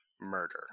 murder